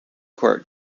court